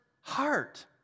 heart